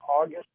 August